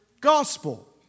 gospel